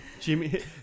Jimmy